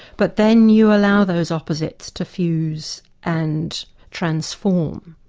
but then you allow those opposites to fuse and transform.